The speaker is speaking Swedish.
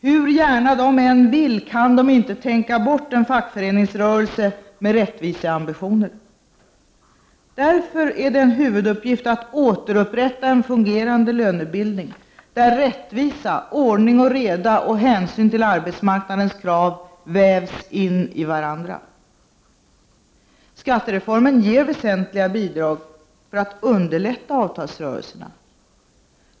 Hur gärna de än vill kan de inte tänka bort en fackföreningsrörelse med rättviseambitioner. Därför är det en huvuduppgift att återupprätta en fungerande lönebildning, där rättvisa, ordning och reda och hänsyn till arbetsmarknadens krav vävs in i varandra. Skattereformen ger väsentliga bidrag för att underlätta avtalsrörelserna.